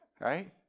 Right